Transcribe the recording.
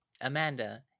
amanda